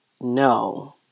no